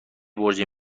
برج